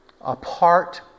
Apart